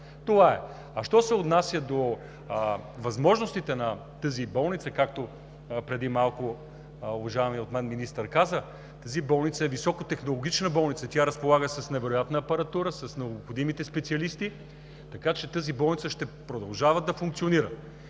това е. А що се отнася до възможностите на тази болница, както преди малко уважаваният от мен министър каза, тази болница е високотехнологична болница. Тя разполага с невероятна апаратура, с необходимите специалисти, така че тази болница ще продължава да функционира.